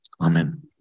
Amen